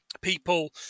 people